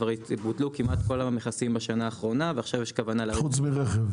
וכבר בוטלו כל המכסים כמעט בשנה האחרונה ועכשיו יש כוונה- - חוץ מרכב.